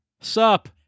sup